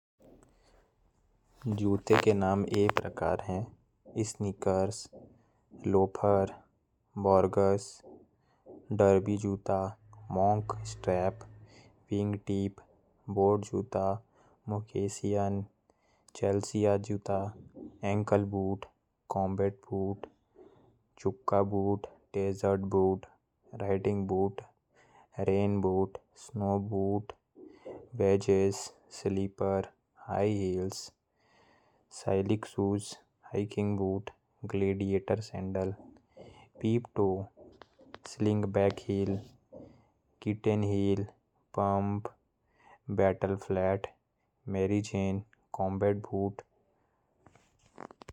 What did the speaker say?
जूता के नाम ये प्रकार है। स्नीकर्स, लोफर, ऑक्सफ़ोर्ड जूते, मोंक स्ट्रैप जूते। Platform shoes, slingback, strappy sandal. Tennis shoe, flat bottom, rain boot.